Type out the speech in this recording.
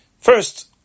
first